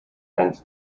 and